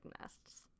nests